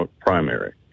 primary